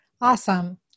Awesome